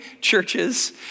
churches